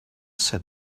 said